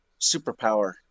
superpower